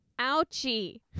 Ouchie